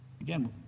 Again